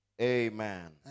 Amen